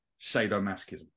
sadomasochism